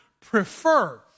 prefer